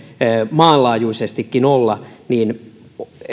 maanlaajuisestikin olla